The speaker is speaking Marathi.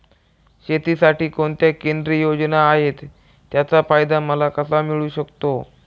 शेतीसाठी कोणत्या केंद्रिय योजना आहेत, त्याचा फायदा मला कसा मिळू शकतो?